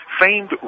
Famed